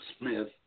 Smith